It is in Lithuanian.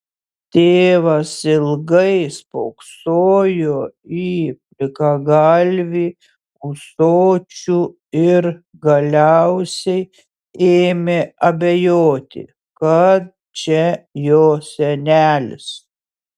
tėvas ilgai spoksojo į plikagalvį ūsočių ir galiausiai ėmė abejoti kad čia jo senelis